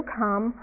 come